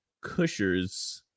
Cushers